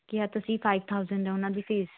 ਕਿਹਾ ਤੁਸੀਂ five thousand ਹੈ ਉਹਨਾਂ ਦੀ ਫ਼ੀਸ